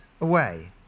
away